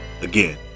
Again